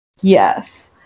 Yes